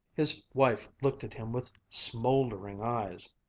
his wife looked at him with smoldering eyes.